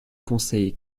conseil